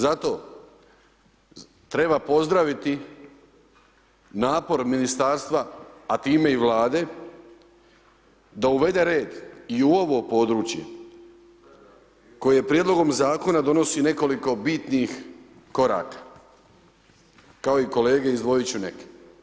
Zato, treba pozdraviti napor ministarstva, a time i vlade, da uvede red i u ovo područje, kojim prijedlogom zakona, donosi nekoliko bitnih koraka, kao i kolege izdvojiti ću neke.